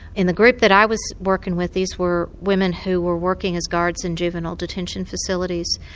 in the group that i was working with these were women who were working as guards in juvenile detention facilities.